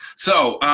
so,